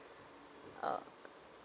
uh